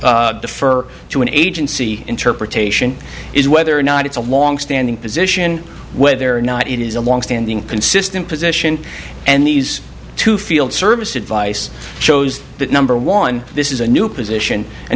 refer defer to an agency interpretation is whether or not it's a longstanding position whether or not it is a longstanding consistent position and these two field service advice shows that number one this is a new position and